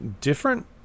different